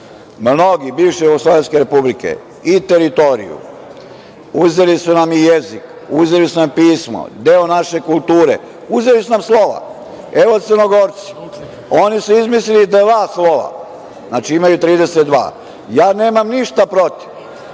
mnoge bivše jugoslovenske republike i teritoriju, uzeli su nam i jezik, uzeli su nam pismo, deo naše kulture, uzeli su nam slova. Evo, Crnogorci, oni su izmislili dva slova, znači imaju 32. Nemam ništa protiv